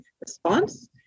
response